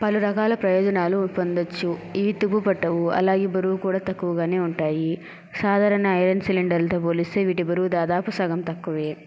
పలు రకాల ప్రయోజనాలు పొందచ్చు ఇవి తుప్పు పట్టవు అలాగే బరువు కూడా తక్కువగానే ఉంటాయి సాధారణ ఐరన్ సిలిండర్ లతో పోలిస్తే వీటి బరువు దాదాపు సగం తక్కువే